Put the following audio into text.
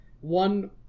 One